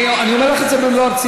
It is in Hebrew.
אני אומר לך את זה במלוא הרצינות.